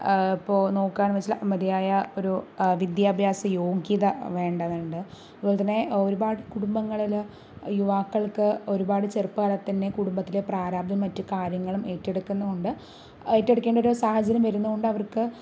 ഇപ്പോൾ നോക്കുകയാണെന്ന് വെച്ചാൽ മതിയായ ഒരു വിദ്യാഭ്യാസ യോഗ്യത വേണ്ടതുണ്ട് അതുപോലെ തന്നെ ഒരുപാട് കുടുംബങ്ങളിൽ യുവാക്കള്ക്ക് ഒരുപാട് ചെറുപ്പകാലത്തുതന്നെ കുടുംബത്തിലെ പ്രാരാബ്ദവും മറ്റു കാര്യങ്ങളും ഏറ്റെടുക്കുന്നതുകൊണ്ട് ഏറ്റെടുക്കേണ്ടൊരു സാഹചര്യം വരുന്നത് കൊണ്ടവര്ക്ക്